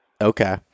Okay